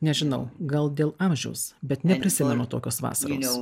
nežinau gal dėl amžiaus bet neprisimenu tokios vasaros